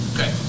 Okay